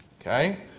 Okay